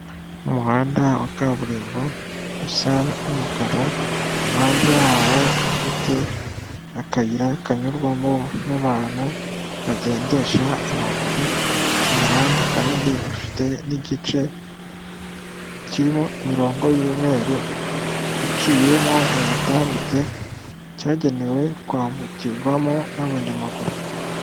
Umuhanda wa kaburimbo usa n'umukara, impande yawo ufite akayira kanyurwamo n'abantu bagendesha amaguru. Umuhanda kandi ufite n'igice kirimo imirongo y'umweru iciyemo mu butambike cyagenewe kwambukirwamo n'abanyamaguru.